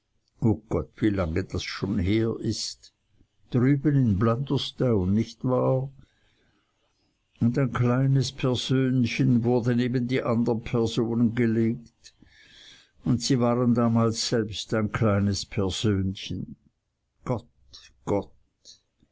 o gott wie lange das schon her ist drüben in blunderstone nicht wahr und ein kleines persönchen wurde neben die andern personen gelegt und sie waren damals selbst ein kleines persönchen gott gott